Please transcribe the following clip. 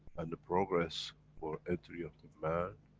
and the progress for entry of the man,